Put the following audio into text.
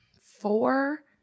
Four